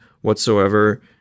whatsoever